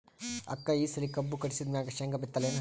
ಅಕ್ಕ ಈ ಸಲಿ ಕಬ್ಬು ಕಟಾಸಿದ್ ಮ್ಯಾಗ, ಶೇಂಗಾ ಬಿತ್ತಲೇನು?